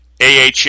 AHA